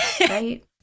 right